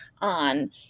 on